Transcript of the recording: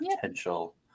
potential